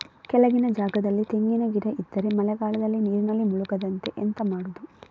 ಕೆಳಗಿನ ಜಾಗದಲ್ಲಿ ತೆಂಗಿನ ಗಿಡ ಇದ್ದರೆ ಮಳೆಗಾಲದಲ್ಲಿ ನೀರಿನಲ್ಲಿ ಮುಳುಗದಂತೆ ಎಂತ ಮಾಡೋದು?